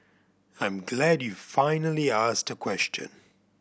I'm glad you finally asked a question